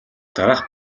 дараах